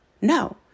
no